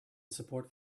support